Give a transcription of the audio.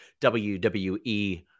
wwe